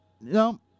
no